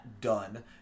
done